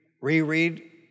reread